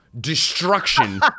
destruction